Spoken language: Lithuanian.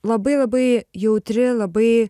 labai labai jautri labai